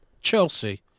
Chelsea